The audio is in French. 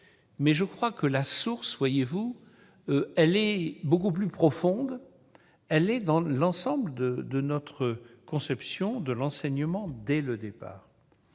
je crois que la source du problème est beaucoup plus profonde, elle se trouve dans l'ensemble de notre conception de l'enseignement dès le départ.